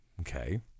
Okay